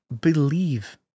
believe